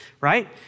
right